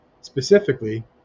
specifically